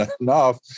enough